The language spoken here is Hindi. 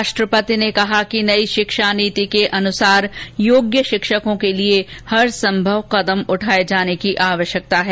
राष्ट्रपति ने कहा कि नई शिक्षा नीति के अनुसार योग्य शिक्षकों के लिए हर संभव कदम उठाए जाने की आवश्यकता है